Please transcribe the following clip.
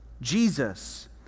Jesus